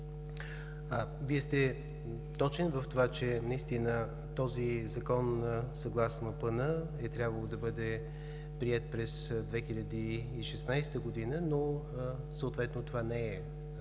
Вие сте точен в това, че наистина този Закон, съгласно Плана, е трябвало да бъде приет през 2016 г., но съответно това не е изпълнено.